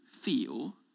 feel